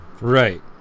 Right